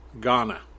Ghana